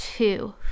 two